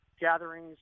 gatherings